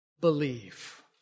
believe